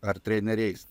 ar treneriais